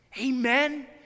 Amen